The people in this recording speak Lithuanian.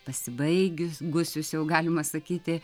pasibaigiu gusius jau galima sakyti